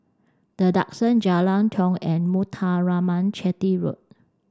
the Duxton Jalan Tiong and Muthuraman Chetty Road